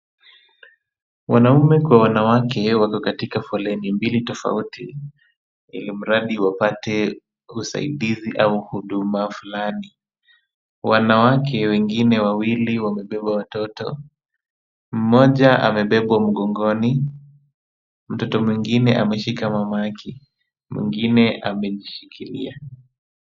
Wanaume kwa wanawake wako katika foleni mbili tofauti, ilimradi wapate usaidizi au huduma fulani. Wanawake wengine wawili wamebeba watoto. Mmoja amebebwa mgongoni, mtoto mwingine ameshika mamake. Mwingine amejishikilia.